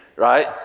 right